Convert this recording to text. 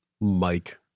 Mike